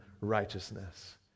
righteousness